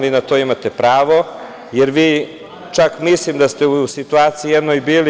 Vi na to imate pravo, jer vi, čak mislim da ste u situaciji jednoj bili.